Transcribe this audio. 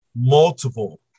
multiple